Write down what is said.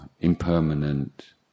impermanent